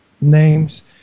Names